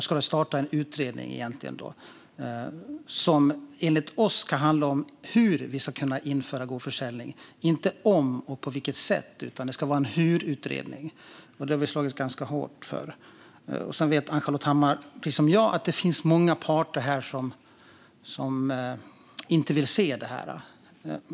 Nu ska en utredning påbörjas som enligt oss ska handla om hur vi ska kunna införa gårdsförsäljning inte om och på vilket sätt. Det ska vara en utredning om hur det ska införas. Det har vi slagits ganska hårt för. Sedan vet Ann-Charlotte Hammar Johnsson, precis som jag, att det finns många parter här som inte vill se detta.